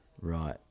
right